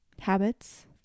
habits